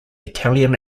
italian